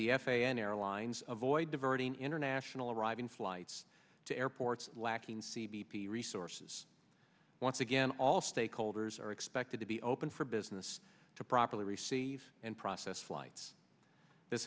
the f a a air lines of void diverting international arriving flights to airports lacking c b p resources once again all stakeholders are expected to be open for business to properly receive and process flights this